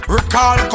Recall